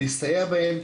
להסתייע בהם,